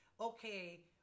okay